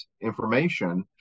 information